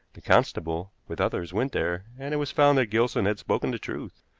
the constable, with others, went there, and it was found that gilson had spoken the truth.